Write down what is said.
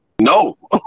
No